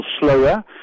slower